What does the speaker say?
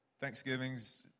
Thanksgiving's